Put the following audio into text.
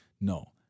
No